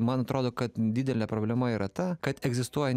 man atrodo kad didelė problema yra ta kad egzistuoja